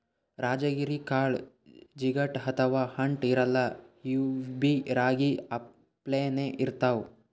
ರಾಜಗಿರಿ ಕಾಳ್ ಜಿಗಟ್ ಅಥವಾ ಅಂಟ್ ಇರಲ್ಲಾ ಇವ್ಬಿ ರಾಗಿ ಅಪ್ಲೆನೇ ಇರ್ತವ್